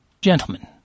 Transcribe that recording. gentlemen